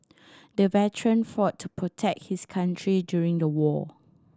the veteran fought to protect his country during the war